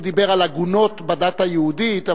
הוא דיבר על עגונות בדת היהודית,